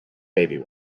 baby